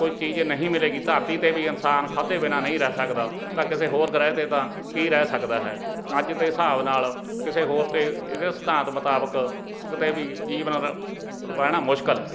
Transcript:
ਕੋਈ ਚੀਜ਼ ਨਹੀਂ ਮਿਲੇਗੀ ਧਰਤੀ 'ਤੇ ਵੀ ਇਨਸਾਨ ਖਾਧੇ ਬਿਨਾ ਨਹੀਂ ਰਹਿ ਸਕਦਾ ਤਾਂ ਕਿਸੇ ਹੋਰ ਗ੍ਰਹਿ 'ਤੇ ਤਾਂ ਕੀ ਰਹਿ ਸਕਦਾ ਹੈ ਅੱਜ ਦੇ ਹਿਸਾਬ ਨਾਲ ਕਿਸੇ ਹੋਰ 'ਤੇ ਇਹਦੇ ਸਿਧਾਂਤ ਮੁਤਾਬਕ ਕਿਤੇ ਵੀ ਜੀਵਨ ਰ ਰਹਿਣਾ ਮੁਸ਼ਕਲ ਹੈ